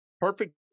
perfect